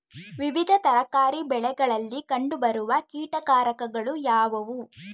ವಿವಿಧ ತರಕಾರಿ ಬೆಳೆಗಳಲ್ಲಿ ಕಂಡು ಬರುವ ಕೀಟಕಾರಕಗಳು ಯಾವುವು?